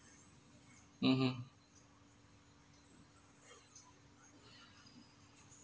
(uh huh)